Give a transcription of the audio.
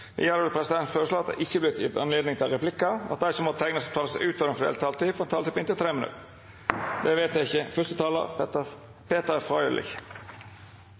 Videre vil presidenten foreslå at det ikke blir gitt anledning til replikker, og at de som måtte tegne seg på talerlisten utover den fordelte taletid, får en taletid på inntil 3 minutter. – Det anses vedtatt. Jeg